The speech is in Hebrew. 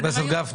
חבר הכנסת גפני,